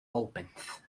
opens